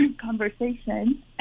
conversation